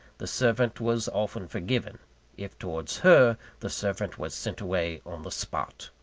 the servant was often forgiven if towards her, the servant was sent away on the spot.